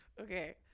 Okay